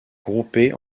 groupées